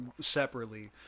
separately